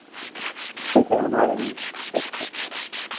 ठीक है हम आ रहे हैं तेइस को